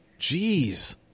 Jeez